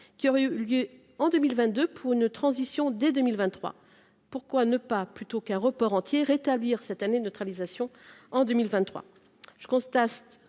qui aurait eu lieu en 2022 pour une transition dès 2023, pourquoi ne pas plutôt qu'un report entier rétablir cette année neutralisation en 2023, je constate,